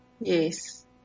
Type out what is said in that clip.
Yes